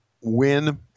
win